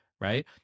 right